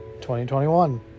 2021